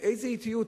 באיזה אטיות,